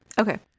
Okay